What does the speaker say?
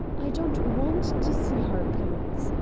i don't want to see harpoons!